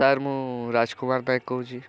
sir ମୁଁ ରାଜକୁମାର ବାଗ୍ କହୁଛି